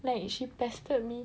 like she pestered me